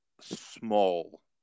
small